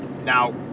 now